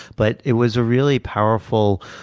but it was a really powerful,